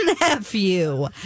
nephew